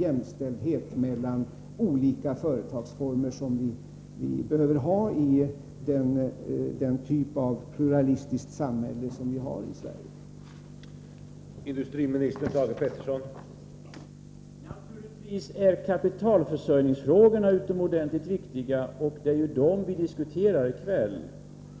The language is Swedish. jämställdhet mellan de olika företagsformer som behövs i den typ av pluralistiskt samhälle som vi i Sverige har.